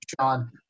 Sean